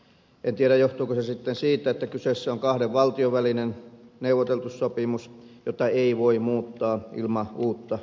en tiedä johtuuko se sitten siitä että kyseessä on kahden valtion välinen neuvoteltu sopimus jota ei voi muuttaa ilman uutta neuvottelukierrosta